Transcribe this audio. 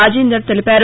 రాజీందర్ తెలిపారు